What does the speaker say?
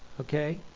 okay